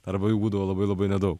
darbai būdavo labai labai nedaug